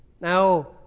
Now